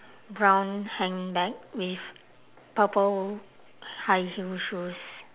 brown hand bag with purple high heel shoes